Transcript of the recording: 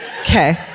Okay